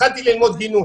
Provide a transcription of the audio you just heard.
התחלתי ללמוד גינון,